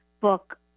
book